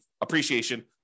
appreciation